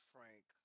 Frank